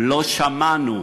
לא שמענו